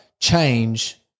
change